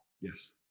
yes